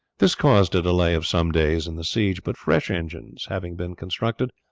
this caused a delay of some days in the siege, but fresh engines having been constructed,